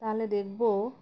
তাহলে দেখব